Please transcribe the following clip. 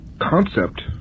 concept